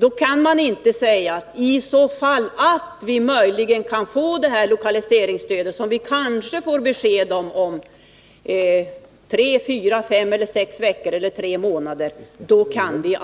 Då kan man inte säga: Om vi möjligen får det här lokaliseringsstödet, som vi kanske får besked om efter fyra-sex veckor eller tre månader, då kan vi